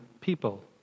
people